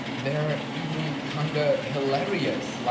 they are even kinda hilarious. like